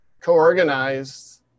co-organized